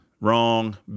Wrong